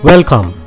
Welcome